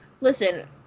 Listen